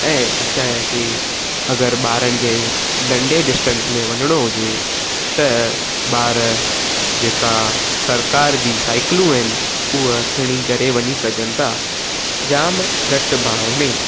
ऐं असांखे अगरि ॿारनि खे नंढे डिस्टेंस में वञणो हुजे त ॿार जेका सरकार जी साइकिलूं आहिनि हुअ खणी करे वञी सघनि था जाम घटि भाव में